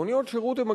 מוניות שירות הן,